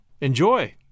Enjoy